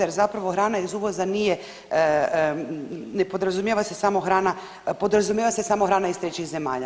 Jer zapravo hrana iz uvoza nije, ne podrazumijeva se samo hrana, podrazumijeva se samo hrana iz trećih zemalja.